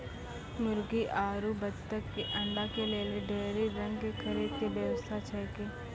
मुर्गी आरु बत्तक के अंडा के लेली डेयरी रंग के खरीद के व्यवस्था छै कि?